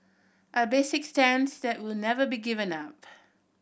our basic stance that will never be given up